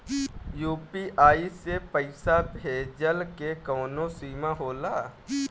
UPI से पईसा भेजल के कौनो सीमा होला?